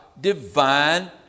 divine